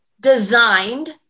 designed